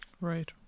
Right